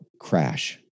crash